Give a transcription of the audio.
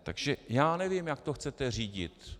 Takže já nevím, jak to chcete řídit.